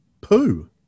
poo